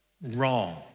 Wrong